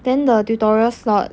then the tutorial slot